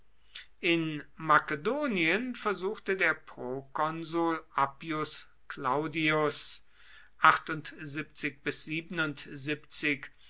in makedonien versuchte der prokonsul appius claudius